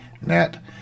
Net